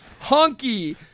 Honky